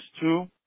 two